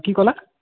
কি ক'লা